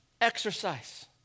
exercise